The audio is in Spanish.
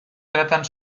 tratan